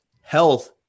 Health